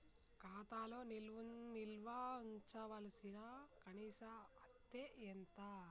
ఖాతా లో నిల్వుంచవలసిన కనీస అత్తే ఎంత?